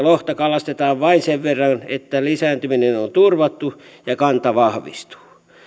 lohta kalastetaan vain sen verran että lisääntyminen on on turvattu ja kanta vahvistuu